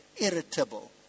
irritable